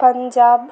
Punjab